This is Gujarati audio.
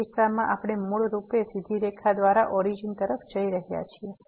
તે કિસ્સામાં આપણે મૂળ રૂપે સીધી રેખા દ્વારા ઓરીજીન તરફ જઇ રહ્યા છીએ